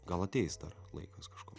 gal ateis dar laikas kažkoks